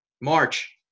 March